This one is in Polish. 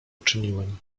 uczyniłem